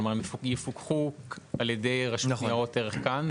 כלומר, הם יפוקחו על ידי הרשות לניירות ערך כאן.